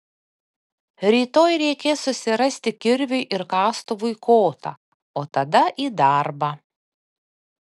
rytoj reikės susirasti kirviui ir kastuvui kotą o tada į darbą